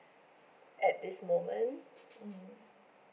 at this moment mm